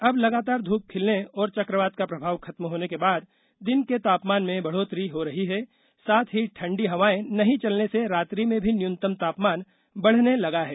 अब लगातार धूप खिलने और चकवात का प्रभाव खत्म होने के बाद दिन के तापमान में बढोतरी हो रही है साथ ही ठंडी हवाएं नहीं चलने से रात्रि में भी न्यूनतम तापमान बढ़ने लगा है